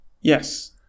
Yes